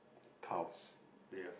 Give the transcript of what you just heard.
tiles